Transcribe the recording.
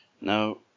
Now